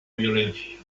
violencia